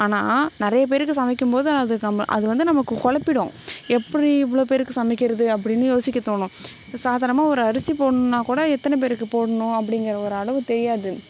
ஆனால் நிறைய பேருக்கு சமைக்கும்போது அது கம்ம அது வந்து நமக்கு குழப்பிடும் எப்படி இவ்வளோ பேருக்கு சமைக்கிறது அப்படின்னு யோசிக்க தோணும் சாதாரணமாக ஒரு அரிசி போடணுனா கூட எத்தனை பேருக்கு போடணும் அப்படிங்கிற ஒரு அளவு தெரியாது